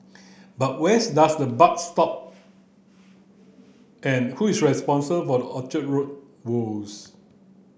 but wheres does the buck stop and who is responsible for the Orchard Road woes